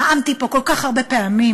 נאמתי כל כך הרבה פעמים